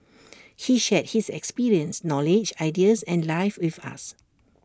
he shared his experience knowledge ideas and life with us